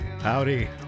howdy